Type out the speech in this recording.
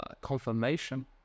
confirmation